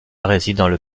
résident